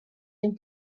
been